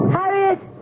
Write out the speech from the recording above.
Harriet